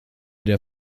der